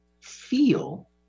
feel